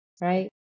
right